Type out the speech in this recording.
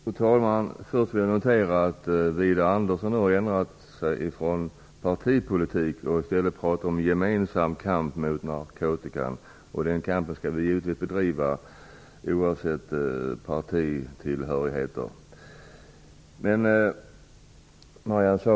Fru talman! Först noterar jag att Widar Andersson har ändrat sig från att prata om partipolitik till att prata om gemensam kamp mot narkotikan. Den kampen skall vi givetvis bedriva, oavsett partitillhörighet.